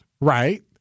right